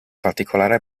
particolare